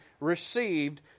received